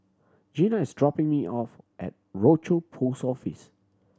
Gena is dropping me off at Rochor Post Office